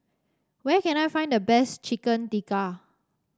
where can I find the best Chicken Tikka